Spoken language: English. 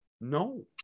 No